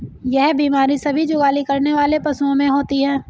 यह बीमारी सभी जुगाली करने वाले पशुओं में होती है